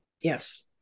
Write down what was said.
Yes